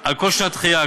על כל שנת דחייה.